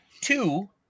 two